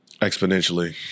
exponentially